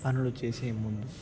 పనులు చేసే ముందు